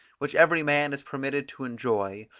which every man is permitted to enjoy,